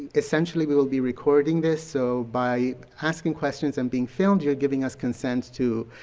essentially we will be recording this so by asking questions and being filmed, you're giving us consent to